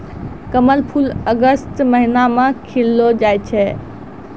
कमल फूल अगस्त महीना मे खिललो जाय छै